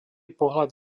pohľad